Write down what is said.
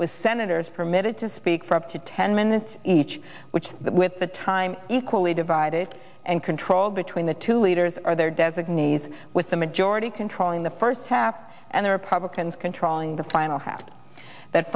with senators permitted to speak for up to ten minutes each which with the time equally divided and controlled between the two leaders are their designees with the majority controlling the first half and the republicans controlling the final hat that